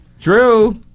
Drew